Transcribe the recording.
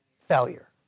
failure